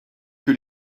que